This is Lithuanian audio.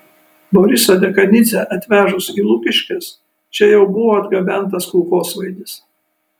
borisą dekanidzę atvežus į lukiškes čia jau buvo atgabentas kulkosvaidis